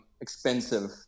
expensive